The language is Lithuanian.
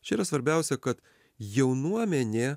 čia yra svarbiausia kad jaunuomenė